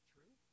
True